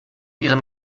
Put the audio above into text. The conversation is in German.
ihren